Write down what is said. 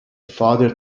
father